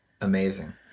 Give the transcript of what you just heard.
amazing